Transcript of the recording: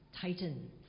tighten